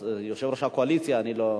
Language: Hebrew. אז יושב-ראש הקואליציה, אני לא.